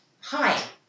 Hi